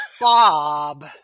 Bob